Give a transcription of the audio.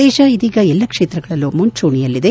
ದೇತ ಇದೀಗ ಎಲ್ಲಾ ಕ್ಷೇತ್ರಗಳಲ್ಲೂ ಮುಂಚೂಣಿಯಲ್ಲಿದೆ